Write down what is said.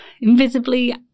invisibly